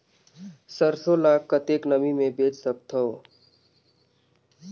सरसो ल कतेक नमी मे बेच सकथव?